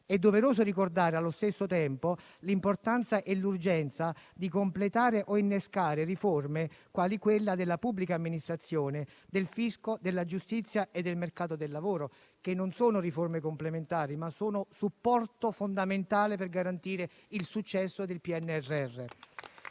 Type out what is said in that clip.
è doveroso ricordare allo stesso tempo l'importanza e l'urgenza di completare o innescare riforme quali quella della pubblica amministrazione, del fisco, della giustizia e del mercato del lavoro, che non sono complementari, ma un supporto fondamentale per garantire il successo del PNRR.